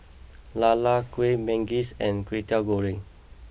Lala Kueh Manggis and Kway Teow Goreng